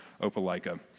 Opelika